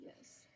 yes